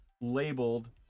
labeled